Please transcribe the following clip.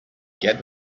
get